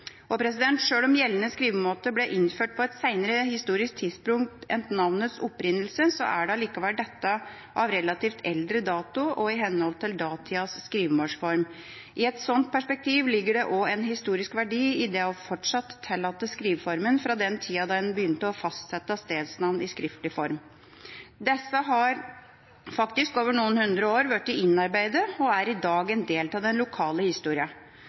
som bruksnavn. Sjøl om gjeldende skrivemåte ble innført på et seinere historisk tidspunkt enn navnets opprinnelse, er det likevel av relativt eldre dato og i henhold til datidas skrivenorm. I et slikt perspektiv ligger det en historisk verdi i fortsatt å tillate skrivemåten fra den tida en begynte å fastsette stedsnavn i skriftlig form. Disse har over noen hundre år blitt innarbeidet og er i dag en del av den lokale